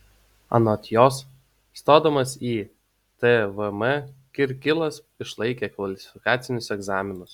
anot jos stodamas į tvm kirkilas išlaikė kvalifikacinius egzaminus